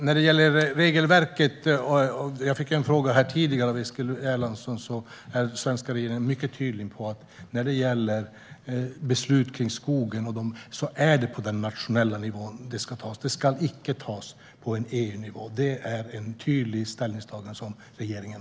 Jag fick även tidigare en fråga om regelverket av Eskil Erlandsson. Den svenska regeringen är mycket tydlig med att beslut om skogen ska tas på nationell nivå. Det ska icke tas på EU-nivå. Detta är ett tydligt ställningstagande från regeringen.